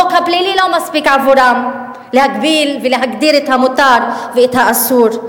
החוק הפלילי לא מספיק עבורם להגביל ולהגדיר את המותר ואת האסור,